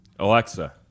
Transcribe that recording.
Alexa